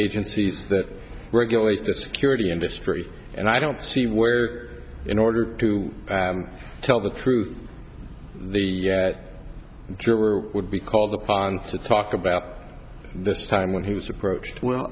agencies that regulate the security industry and i don't see where in order to tell the truth the jury would be called upon to talk about this time when he was approached